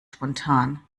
spontan